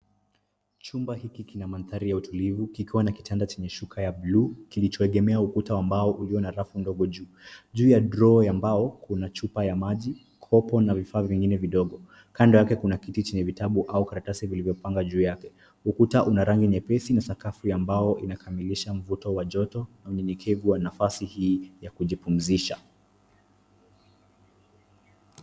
Chumba hiki kina mandhari ya utulivu kikiwa na kitanda chenye shuka ya bluu kilichoegemea ukuta wa mbao ulio na rafu ndogo juu. Juu ya draw ya mbao kuna chupa ya maji, kopo na vifaa vingine vidogo. Kando yake kuna kiti chenye vitabu au karatasi vilivyopanga juu yake. Ukuta una rangi nyepesi na sakafu ya mbao inakamilisha mvuto wa joto na unyenyekevu wa nafasi hii ya kujipumzisha.